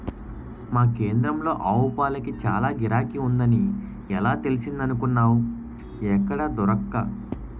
మా కేంద్రంలో ఆవుపాలకి చాల గిరాకీ ఉందని ఎలా తెలిసిందనుకున్నావ్ ఎక్కడా దొరక్క